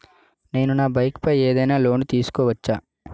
నేను నా బైక్ పై ఏదైనా లోన్ తీసుకోవచ్చా?